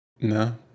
No